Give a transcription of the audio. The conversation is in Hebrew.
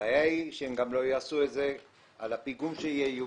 הבעיה היא שהם גם לא יעשו את זה על הפיגום שייובא.